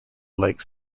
like